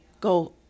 go